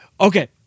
Okay